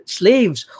slaves